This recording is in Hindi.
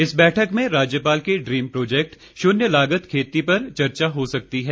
इस बैठक में राज्यपाल के ड्रीम प्रोजेक्ट शून्य लागत खेती पर चर्चा हो सकती है